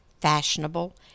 fashionable